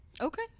Okay